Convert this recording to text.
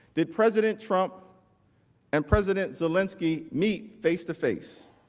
did president trump and president zelensky meet face-to-face.